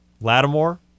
Lattimore